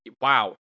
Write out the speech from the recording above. wow